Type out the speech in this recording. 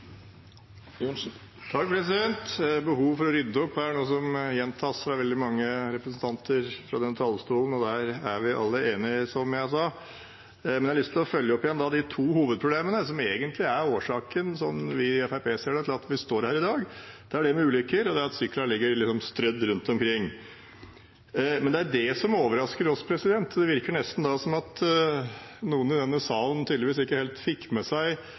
noe som gjentas fra veldig mange representanter fra denne talerstolen – og der er vi alle enige, som jeg sa. Men jeg har lyst til å følge opp igjen de to hovedproblemene som egentlig er årsaken, slik vi i Fremskrittspartiet ser det, til at vi står her i dag. Det er det med ulykker og at syklene ligger strødd rundt omkring. Men det som overrasker oss, er at det virker som om noen i denne salen tydeligvis ikke helt har fått med seg